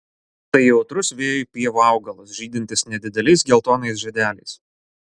tai jautrus vėjui pievų augalas žydintis nedideliais geltonais žiedeliais